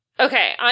Okay